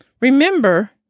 Remember